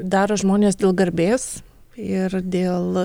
daro žmonės dėl garbės ir dėl